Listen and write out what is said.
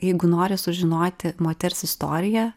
jeigu nori sužinoti moters istoriją